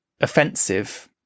offensive